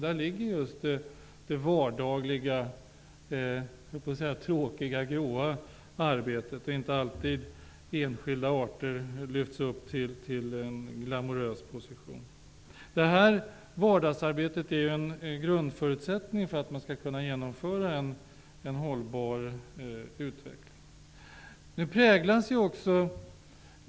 Där ligger just det vardagliga, ''tråkiga'', ''gråa'' arbetet. Det är inte alltid enskilda arter lyfts upp till en glamorös position. Detta vardagsarbete är en grundförutsättning för att man skall kunna genomföra en hållbar utveckling.